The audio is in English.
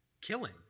killing